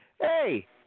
hey –